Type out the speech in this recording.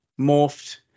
morphed